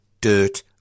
dirt